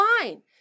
Fine